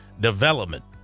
Development